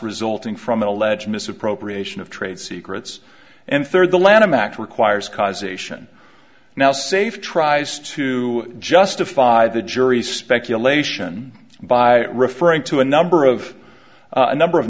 resulting from an alleged misappropriation of trade secrets and third the lanham act requires causation now safe tries to justify the jury's speculation by referring to a number of a number of